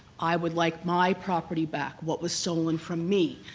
i would like my property back, what was stolen from me.